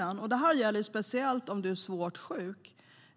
Det gäller speciellt de med svåra sjukdomar